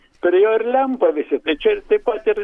prie jo ir lempa visi tai čia taip pat ir